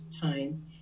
time